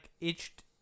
itched